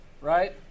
right